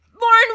Lauren